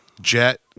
Jet